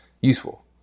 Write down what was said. useful